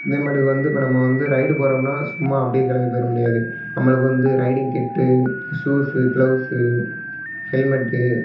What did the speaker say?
இதேமாட்டுக்கு வந்து இப்போ நம்ம வந்து ரைடு போகிறோம்னா சும்மா அப்படியே கிளம்பி போயிட முடியாது நம்மளுக்கு வந்து ரைடிங் கிட்டு ஷூஸு கிளவுஸு ஹெல்மெட்டு